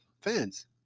fans